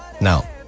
now